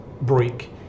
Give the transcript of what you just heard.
Break